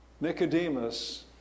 Nicodemus